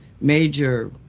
major